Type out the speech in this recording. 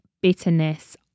bitterness